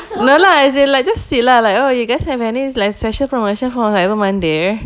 no lah as in like just see lah like oh you guys have any like special promotion for cyber monday